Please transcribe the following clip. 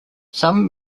some